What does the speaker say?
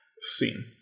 scene